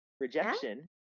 Rejection